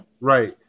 right